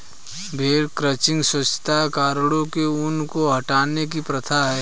भेड़ क्रचिंग स्वच्छता कारणों से ऊन को हटाने की प्रथा है